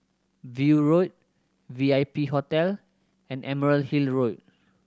View Road V I P Hotel and Emerald Hill Road